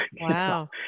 Wow